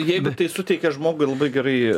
jeigu tai suteikia žmogui labai gerai